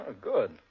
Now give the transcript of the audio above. good